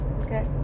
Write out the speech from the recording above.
Okay